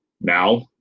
now